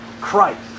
Christ